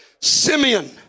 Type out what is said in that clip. Simeon